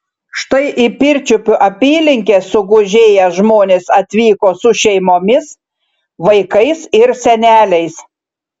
štai į pirčiupių apylinkes sugužėję žmonės atvyko su šeimomis vaikais ir seneliais